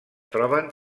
troben